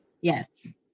Yes